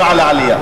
לא על העלייה.